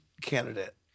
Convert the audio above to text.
Candidate